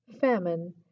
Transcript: famine